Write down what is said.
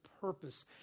purpose